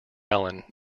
allen